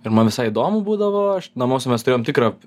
ir man visai įdomu būdavo aš namuose mes turėjom tikrą